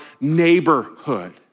neighborhood